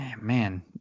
Man